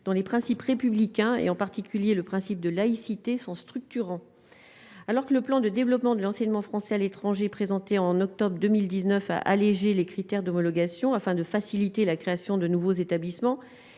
dans les principes républicains et en particulier le principe de laïcité sont structurants, alors que le plan de développement de l'enseignement français à l'étranger, présenté en octobre 2019 a allégé les critères d'homologation afin de faciliter la création de nouveaux établissements,